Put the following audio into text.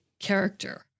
Character